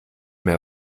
mehr